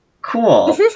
Cool